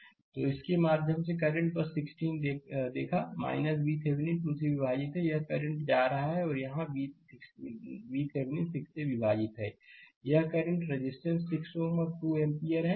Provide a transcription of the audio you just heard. slide समय देखें 2351 तो इसके माध्यम से करंट बस 16 देखा VThevenin 2 से विभाजित यह करंट जा रहा है और यहाँ यह VThevenin 6 से विभाजित हो रहा है यह करंट रेजिस्टेंस 6 Ω और 2 एम्पीयर है